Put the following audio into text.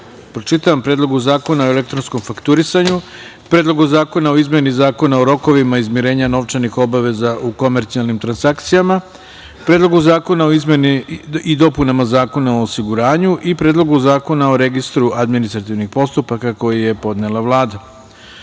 pročitam: Predlogu zakona o elektronskom fakturisanju, Predlogu zakona o izmeni Zakona o rokovima izmirenja novčanih obaveza u komercijalnim transakcijama, Predlogu zakona o izmeni i dopunama Zakona o osiguranju i Predlogu zakona o registru administrativnih postupaka koji je podnela